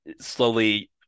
slowly